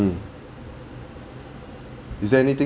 is there anything